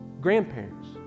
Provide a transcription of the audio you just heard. grandparents